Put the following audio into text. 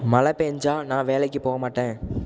மழை பெஞ்சால் நான் வேலைக்கு போகமாட்டேன்